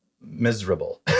miserable